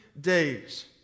days